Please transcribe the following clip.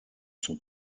son